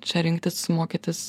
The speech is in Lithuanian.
čia rinktis mokytis